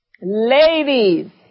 Ladies